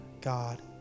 God